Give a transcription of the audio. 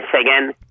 again